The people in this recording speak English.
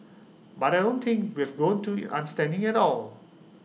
but I don't think we've grown to in understanding at all